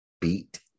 beat